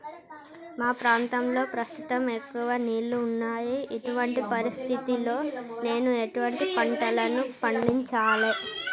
మా ప్రాంతంలో ప్రస్తుతం ఎక్కువ నీళ్లు ఉన్నాయి, ఇటువంటి పరిస్థితిలో నేను ఎటువంటి పంటలను పండించాలే?